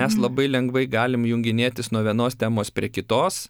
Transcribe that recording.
mes labai lengvai galim junginėtis nuo vienos temos prie kitos